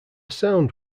sound